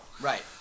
Right